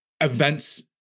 events